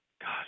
God